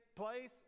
place